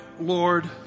Lord